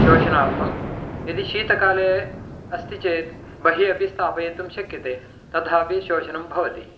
शोषणार्थं यदि शीतकाले अस्ति चेत् बहिः अपि स्थापयितुं शक्यते तदापि शोषणं भवति